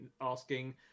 asking